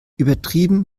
übertrieben